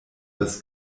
das